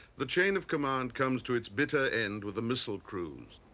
the chain of command comes to its bitter end with the missile crews.